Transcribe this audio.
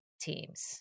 teams